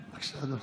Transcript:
בבקשה, אדוני.